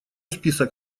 список